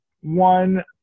one